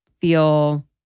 feel